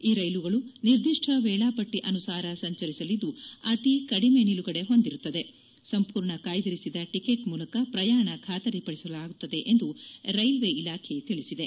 ಈ ರೈಲುಗಳು ನಿರ್ದಿಷ್ಟ ವೇಳಾಪಟ್ಟಿ ಅನುಸಾರ ಸಂಚರಿಸಲಿದ್ದು ಅತಿ ಕಡಿಮೆ ನಿಲುಗಡೆ ಹೊಂದಿರುತ್ತವೆ ಸಂಪೂರ್ಣ ಕಾಯ್ದಿರಿಸಿದ ಟಿಕೆಟ್ ಮೂಲಕ ಪ್ರಯಾಣ ಖಾತರಿವಡಿಸಲಾಗುತ್ತದೆ ಎಂದು ರೈಲ್ವೆ ಇಲಾಖೆ ತಿಳಿಸಿದೆ